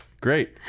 Great